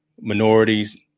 minorities